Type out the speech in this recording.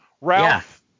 Ralph